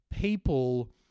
people